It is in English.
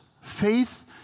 Faith